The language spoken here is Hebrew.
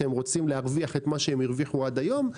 שהם רוצים להרוויח מה שהרוויחו עד היום,